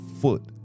foot